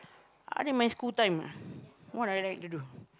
other than my school time ah what I like to do